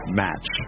match